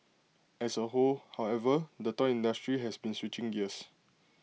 as A whole however the toy industry has been switching gears